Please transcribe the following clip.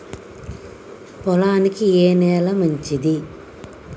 పొలానికి ఏ నేల మంచిది?